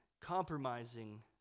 compromising